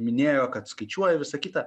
minėjo kad skaičiuoja visa kita